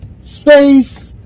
Space